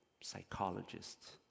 psychologists